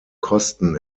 kosten